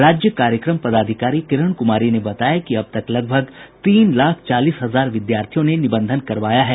राज्य कार्यक्रम पदाधिकारी किरण कमारी ने बताया कि अब तक लगभग तीन लाख चालीस हजार विद्यार्थियों ने निबंधन करवाया है